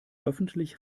öffentlich